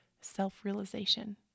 self-realization